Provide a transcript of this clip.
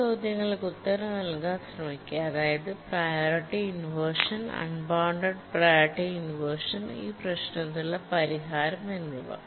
ഈ ചോദ്യങ്ങൾക്ക് ഉത്തരം നൽകാൻ ശ്രമിക്കുക അതായത് priority inversion unbounded priority inversion ഈ പ്രശ്നത്തിനുള്ള പരിഹാരം എന്നിവ